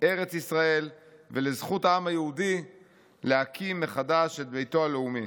ארץ ישראל ולזכות העם היהודי להקים מחדש את ביתו הלאומי.